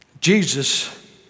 Jesus